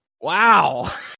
Wow